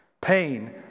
Pain